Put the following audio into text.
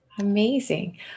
Amazing